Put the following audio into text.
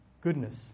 goodness